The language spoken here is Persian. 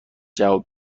جواب